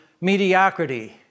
mediocrity